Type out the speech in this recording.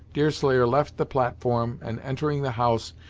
deerslayer left the platform, and entering the house,